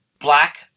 black